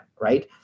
right